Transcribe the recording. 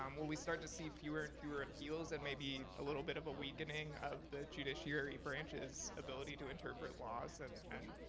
um will we start to see fewer and fewer appeals, and maybe a little bit of a weakening of the judiciary branch's ability to interpret laws and, and